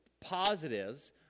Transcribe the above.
positives